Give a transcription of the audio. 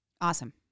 Awesome